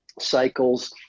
cycles